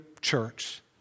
church